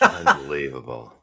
unbelievable